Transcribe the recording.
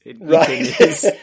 Right